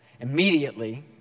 Immediately